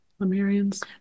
Lemurians